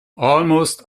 almost